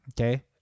okay